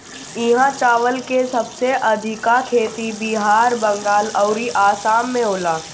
इहा चावल के सबसे अधिका खेती बिहार, बंगाल अउरी आसाम में होला